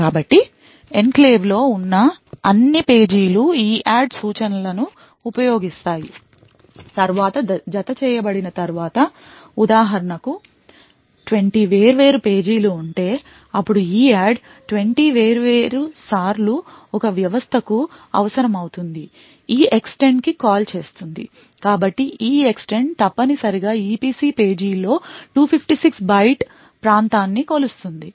కాబట్టి ఎన్క్లేవ్లో ఉన్న అన్ని పేజీలు EADD సూచనలను ఉపయోగిస్తున్న తరువాత జతచేయబడిన తరువాత ఉదాహరణకు 20 వేర్వేరు పేజీలు ఉంటే అప్పుడు EADD 20 వేర్వేరు సార్లు ఒక వ్యవస్థకు అవసరమవుతుంది EEXTEND కి కాల్ చేస్తుంది కాబట్టి EEXTEND తప్పనిసరిగా EPC పేజీలో 256 byte ప్రాంతాన్ని కొలుస్తుంది